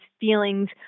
feelings